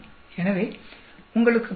எனவே உங்களுக்கு புரிகிறதா